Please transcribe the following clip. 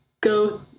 go